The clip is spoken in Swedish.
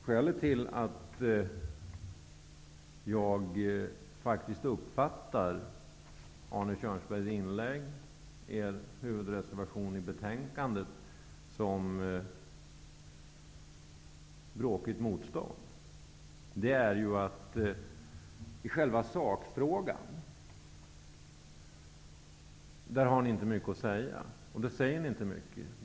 Skälet till att jag faktiskt uppfattar Arne Kjörnsbergs inlägg i betänkandets huvudreservation som bråkigt motstånd är att ni socialdemokrater inte har mycket att säga i själva sakfrågan. Där säger ni heller inte mycket.